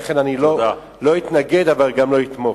ולכן אני לא אתנגד אבל גם לא אתמוך.